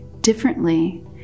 differently